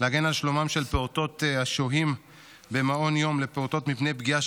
להגן על שלומם של פעוטות השוהים במעון יום לפעוטות מפני פגיעה,